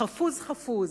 חפוז חפוז,